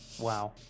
Wow